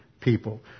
people